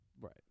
Right